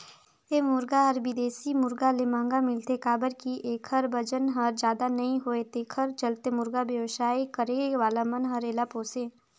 ए मुरगा हर बिदेशी मुरगा ले महंगा मिलथे काबर कि एखर बजन हर जादा नई होये तेखर चलते मुरगा बेवसाय करे वाला मन हर एला पोसे